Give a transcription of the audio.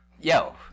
yo